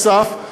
ונוסף על כך,